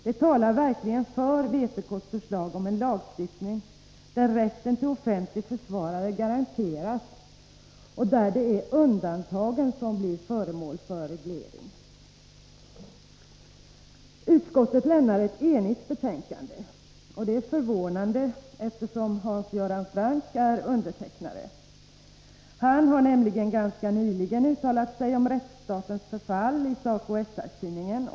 Det talar verkligen för vpk:s förslag om en lagstiftning där rätten till offentlig försvarare garanteras och där det är undantagen som blir föremål för reglering: Utskottet lämnar ett enhälligt betänkande. Det är förvånande, eftersom Hans Göran Franck är undertecknare. Han har nämligen ganska nyligen uttalat sig om rättsstatens förfall i SACO/SR-tidningen.